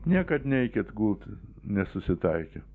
niekad neikit gult nesusitaikę